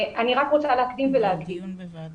אני רק רוצה להקדים ולומר שלטעמנו,